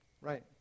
Right